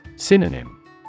Synonym